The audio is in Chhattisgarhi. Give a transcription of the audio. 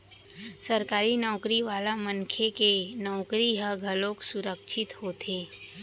सरकारी नउकरी वाला मनखे के नउकरी ह घलोक सुरक्छित होथे